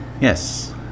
Yes